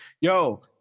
Yo